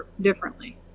differently